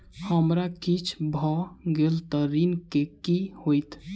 हमरा किछ भऽ गेल तऽ ऋण केँ की होइत?